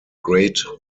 great